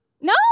No